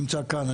נמצא כאן,